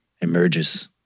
emerges